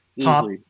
top